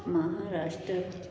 Maharashtra